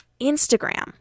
Instagram